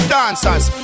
Dancers